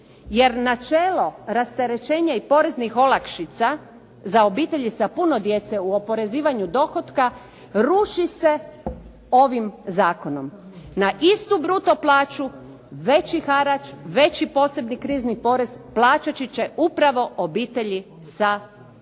jer načelo rasterećenja i poreznih olakšica za obitelji sa puno djece u oporezivanju dohotka ruši se ovim zakonom. Na istu bruto plaću veći harač, veći posebni krizni porez plaćati će upravo obitelji sa više